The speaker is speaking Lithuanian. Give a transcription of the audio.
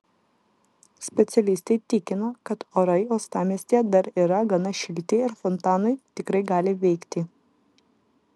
specialistai tikino kad orai uostamiestyje dar yra gana šilti ir fontanai tikrai gali veikti